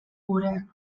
gurean